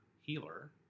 healer